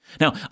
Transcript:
Now